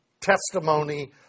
testimony